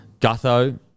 Gutho